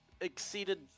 exceeded